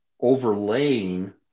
overlaying